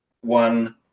one